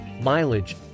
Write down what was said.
mileage